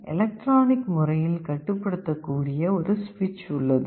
electronic முறையில் கட்டுப்படுத்தக்கூடிய ஒரு சுவிட்ச் உள்ளது